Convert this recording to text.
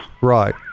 Right